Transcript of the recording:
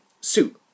suit